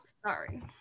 sorry